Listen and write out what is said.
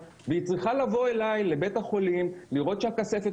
עוזב את התחום הזה,